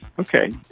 Okay